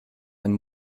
ein